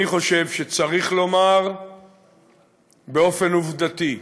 אני חושב שצריך לומר באופן עובדתי: